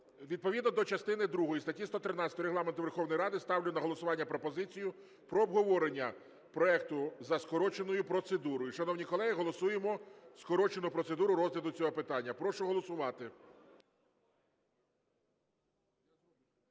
Відповідно до частини другої статті 113 Регламенту Верховної Ради ставлю на голосування пропозицію про обговорення проекту за скороченою процедурою. Шановні колеги, голосуємо скорочену процедуру розгляду цього питання. Прошу голосувати.